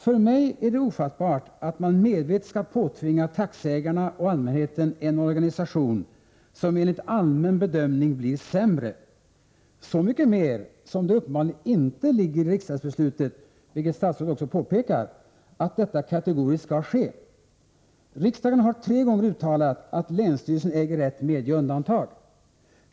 För mig är det ofattbart att man medvetet skall påtvinga taxiägarna och allmänheten en organisation som enligt allmän bedömning blir sämre, så mycket mer som det uppenbarligen — vilket statsrådet också påpekar — inte ligger i riksdagsbeslutet att detta kategoriskt skall ske. Riksdagen har tre gånger uttalat att länsstyrelsen äger rätt medge undantag.